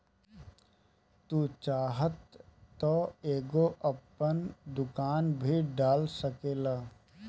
तू चाहत तअ एगो आपन दुकान भी डाल सकेला